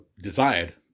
desired